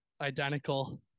identical